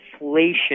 inflation